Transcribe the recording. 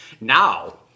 Now